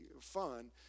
fun